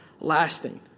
lasting